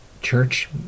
church